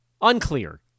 Unclear